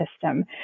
system